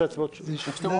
זה שתי הצבעות בנפרד?